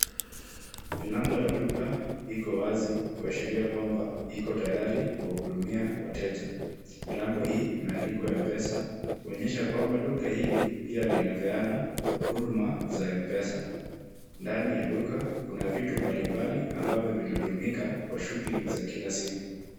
Milango ya duka iko wazi, kuashiria kwamba, iko tayari kuwahudumia wateja. Milango hii imeandikwa M-pesa kuonyesha kwamba duka hili pia linapeana huduma za M-pesa. Ndani ya duka kuna vitu mbalimbali ambavyo vinatumika kwa shughuli za kila siku.